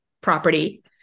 property